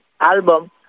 album